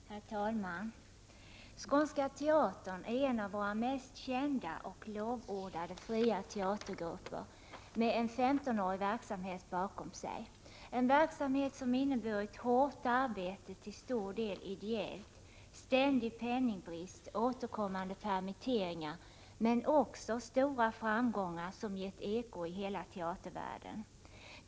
Herr talman! Skånska teatern är en av våra mest kända och lovordade fria teatergrupper, med en femtonårig verksamhet bakom sig. Dess verksamhet har inneburit hårt arbete, till stor del ideellt, ständig penningbrist, återkommande permitteringar, men också stora framgångar med uppsättningar som gett eko i hela teatervärlden.